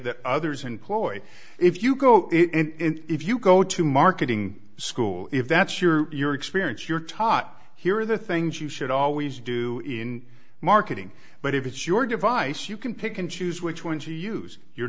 that others in ploy if you go and if you go to marketing school if that's your your experience you're taught here are the things you should always do in marketing but if it's your device you can pick and choose which one to use you